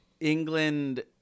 England